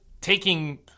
taking